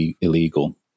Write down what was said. illegal